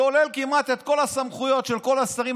שולל כמעט את כל הסמכויות של כל השרים,